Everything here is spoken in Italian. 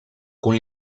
con